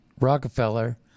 Rockefeller